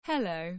Hello